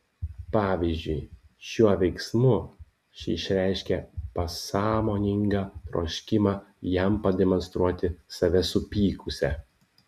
pavyzdžiui šiuo veiksmu ši išreiškė pasąmoningą troškimą jam pademonstruoti save supykusią